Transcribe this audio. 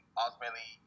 ultimately